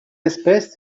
espèce